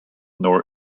nor